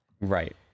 Right